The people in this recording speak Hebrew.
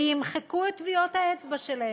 וימחקו את טביעות האצבע שלהם.